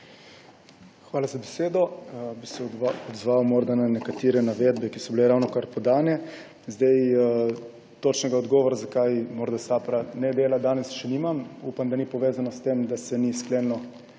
Hvala za besedo. Odzval bi se na nekatere navedbe, ki so bile ravnokar podane. Točnega odgovora, zakaj morda SAPPrA ne dela danes, še nimam. Upam, da ni povezano s tem, da se ni sklenilo